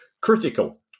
critical